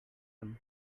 them